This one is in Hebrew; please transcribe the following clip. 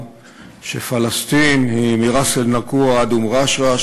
שפלסטין היא מראס-אל-נקורה ועד אום-רשרש,